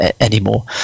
anymore